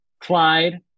Clyde